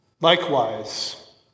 Likewise